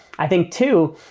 i think two,